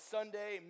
Sunday